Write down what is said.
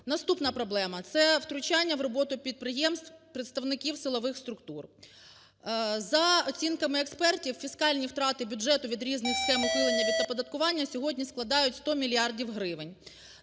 Наступна проблема - це втручання в роботу підприємств представників силових структур. За оцінками експертів, фіскальні втрати бюджету від різних схем ухилення від оподаткування сьогодні складають 100 мільярдів